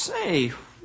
Say